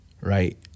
right